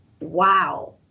wow